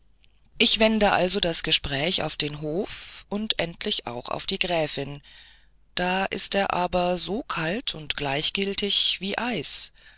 ich wende also das gespräch auf den hof und endlich auch auf die gräfin da ist er aber so kalt und gleichgiltig wie eis